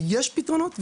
ויש פתרונות,